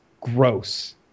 gross